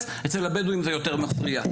ההשקעה הכי טובה שיכולה להיות; הן בהפחתת הפשיעה,